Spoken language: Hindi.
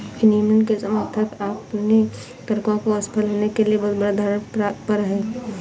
विनियमन के समर्थक अपने तर्कों को असफल होने के लिए बहुत बड़ा धारणा पर हैं